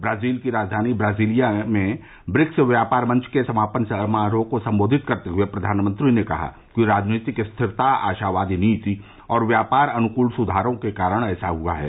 Brazil के राजधानी Brasilia में ब्रिक्स व्यापार मंच के समापन समारोह को सम्बोधित करते हुए प्रधानमंत्री ने कहा कि राजनीतिक स्थिरता आशावादी नीति और व्यापार अनुकूल सुधारो के कारण ऐसा हुआ है